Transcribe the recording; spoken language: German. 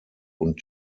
und